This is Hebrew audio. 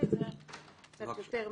זה קצת יותר מאזן.